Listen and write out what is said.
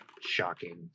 shocking